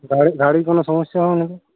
গাড়ি গাড়ির কোনো সমস্যা হবে না তো